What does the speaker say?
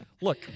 Look